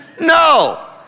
No